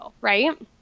Right